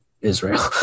Israel